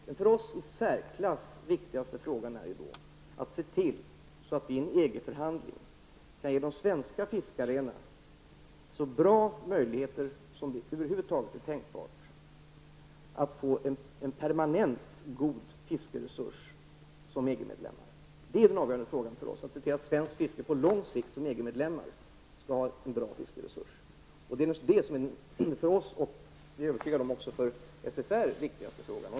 Den för oss i särklass viktigaste frågan är att se till att vi i en EG-förhandling kan ge de svenska fiskarna så bra möjligheter som över huvud taget är tänkbart att som EG-medlemmar få en permanent god fiskeresurs. Den avgörande frågan för oss är att se till att svenskt fiske på lång sikt, inom ramen för ett medlemskap i EG, skall ha en bra fiskeresurs. Det är den för oss och -- det är jag övertygad om -- också för SFR viktigaste frågan.